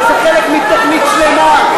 זה חלק מתוכנית שלמה,